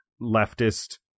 leftist